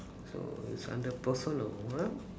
so it's under personal what